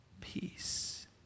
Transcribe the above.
peace